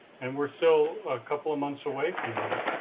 and we're still a couple and months away from that.